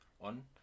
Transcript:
on